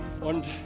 Und